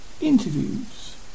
interviews